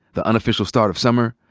the unofficial start of summer,